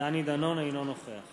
אינו נוכח